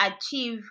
achieve